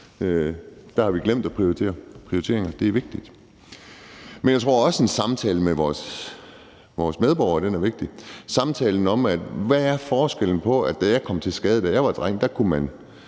Der har vi glemt at prioritere. Prioriteringer er vigtigt. Men jeg tror også, en samtale med vores medborgere er vigtig. Det er samtalen om: Hvad var anderledes, da jeg kom til skade, da jeg var dreng,